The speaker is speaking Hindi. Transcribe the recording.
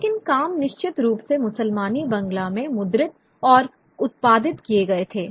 लेकिन काम निश्चित रूप से मुसलमनी बांग्ला में मुद्रित और उत्पादित किए गए थे